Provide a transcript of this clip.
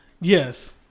Yes